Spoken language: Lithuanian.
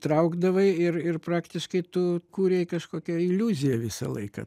traukdavai ir ir praktiškai tu kūrei kažkokią iliuziją visą laiką